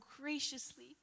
graciously